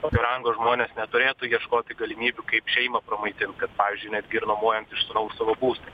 tokio rango žmonės neturėtų ieškoti galimybių kaip šeimą pramaitint kad pavyzdžiui netgi ir nuomojant iš sūnaus savo būstą